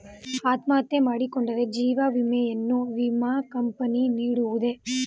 ಅತ್ಮಹತ್ಯೆ ಮಾಡಿಕೊಂಡರೆ ಜೀವ ವಿಮೆಯನ್ನು ವಿಮಾ ಕಂಪನಿ ನೀಡುವುದೇ?